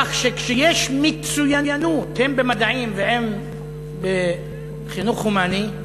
כך שכשיש מצוינות, הן במדעים והן בחינוך הומני,